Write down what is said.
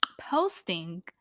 posting